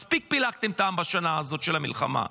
מספיק פילגתם את העם בשנה הזאת של המלחמה.